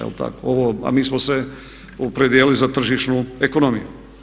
Je li tako, ovo, a mi smo se opredijelili za tržišnu ekonomiju.